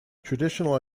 traditional